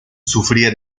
sufría